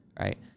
right